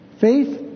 faith